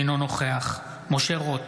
אינו נוכח משה רוט,